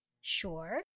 Sure